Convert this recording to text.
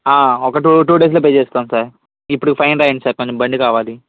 ఆ ఒక two two డేస్లో పే చేస్తాం సార్ ఇప్పుడు ఫైన్ రాయండి సార్ కొంచం బండి కావాలి